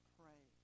pray